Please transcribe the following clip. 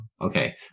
Okay